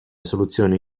soluzioni